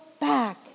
back